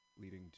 leading